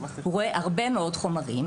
הוא רואה הרבה מאוד חומרים,